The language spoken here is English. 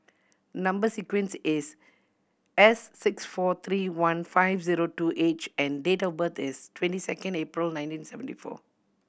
number sequence is S six four three one five zero two H and date of birth is twenty second April nineteen seventy four